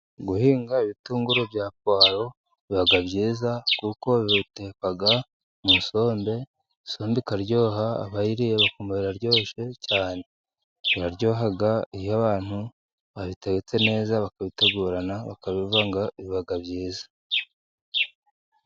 Guhinga ibitunguru bya puwaro biba byiza kuko babiteka mu isombe, isombi ikaryoha abayiriye bakumva iraryoshye cyane. biraryoha iyo abantu babitetse neza bakabitegurana, bakabivanga ibiba byiza.